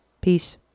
Peace